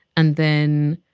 and then,